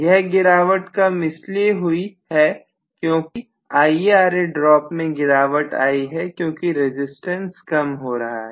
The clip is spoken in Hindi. यह गिरावट कम इसलिए हुई है क्योंकि IaRa ड्रॉप में गिरावट आई है क्योंकि रजिस्टेंस कम हो रहा है